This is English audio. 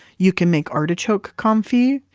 you can make artichoke confit.